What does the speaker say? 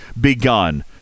begun